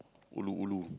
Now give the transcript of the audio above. ulu ulu